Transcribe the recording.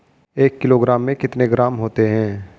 एक किलोग्राम में कितने ग्राम होते हैं?